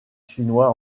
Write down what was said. chinois